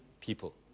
people